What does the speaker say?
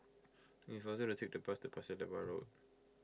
it is faster to take the bus to Pasir Laba Road